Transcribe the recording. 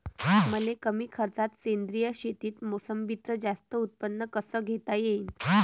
मले कमी खर्चात सेंद्रीय शेतीत मोसंबीचं जास्त उत्पन्न कस घेता येईन?